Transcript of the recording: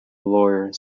lawyer